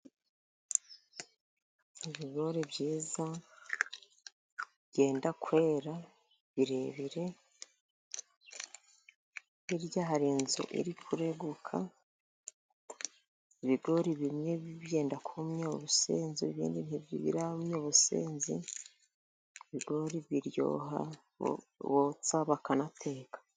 Ibigori byiza byenda kwera birebire. Hirya hari inzu iri kureguka, ibigori bimwe byenda kumya ubusenzi, ibindi ntibirumya ubusenzi. Ibigori biryoha botsa, bakanateka.